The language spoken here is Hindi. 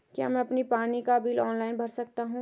क्या मैं अपना पानी का बिल ऑनलाइन भर सकता हूँ?